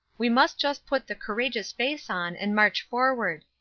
we must just put the courageous face on and march forward.